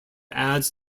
ads